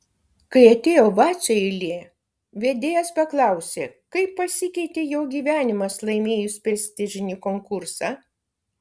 kai atėjo vacio eilė vedėjas paklausė kaip pasikeitė jo gyvenimas laimėjus prestižinį konkursą